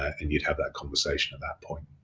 and you'd have that conversation at that point.